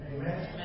Amen